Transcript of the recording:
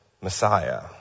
Messiah